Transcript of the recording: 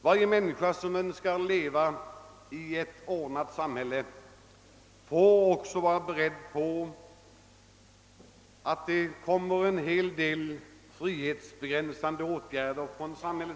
Varje människa som önskar leva i ett ordnat samhälle får vara beredd på att samhället vidtar en hel del frihetsbegränsande åtgärder.